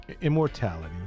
immortality